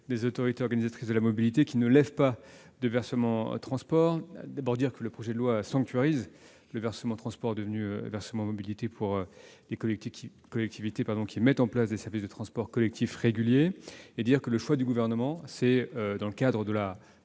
des autorités organisatrices de la mobilité qui ne lèvent pas de versement transport. Le projet de loi sanctuarise le versement transport, devenu versement mobilité, pour les collectivités qui mettent en place des services de transport collectif réguliers. Le Gouvernement a fait le choix, dans le cadre de la